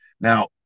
Now